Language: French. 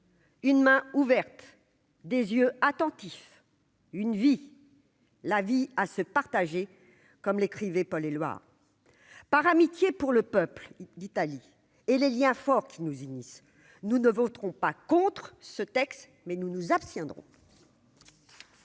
Une main ouverte des yeux attentifs, une vie la vie à se partager, comme l'écrivait Paul Éluard par amitié pour le peuple d'Italie et les Liens forts qui nous unissent, nous ne voterons pas contre ce texte mais nous nous abstiendrons.